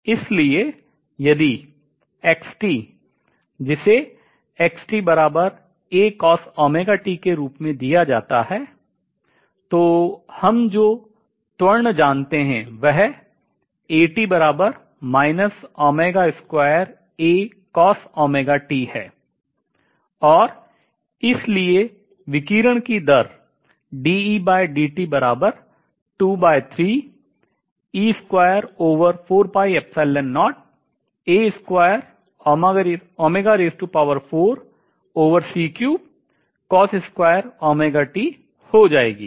इसलिए यदि जिसे के रूप में दिया जाता है तो हम जो त्वरण जानते हैं वह है और इसलिए विकिरण की दर हो जाएगी